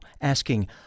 asking